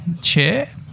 chair